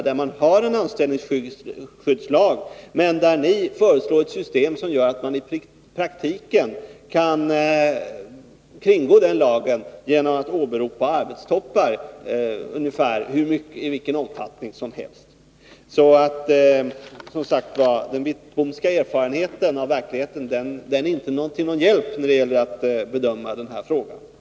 I ett läge där det finns en anställningsskyddslag föreslår ni ett system som gör att man i praktiken kan kringgå den lagen genom att åberopa arbetstoppar i nästan vilken omfattning som helst. Den Wittbomska erfarenheten av verkligheten är alltså inte relevant när det gäller att bedöma den här frågan.